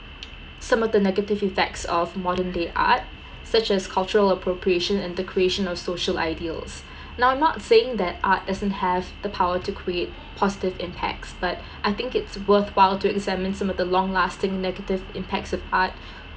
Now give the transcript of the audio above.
some of the negative effects of modern day art such as cultural appropriation and the creation of social ideals now I'm not saying that art doesn't have a power to create positive impact but I think it's worthwhile to examine some of the long lasting negative impacts of art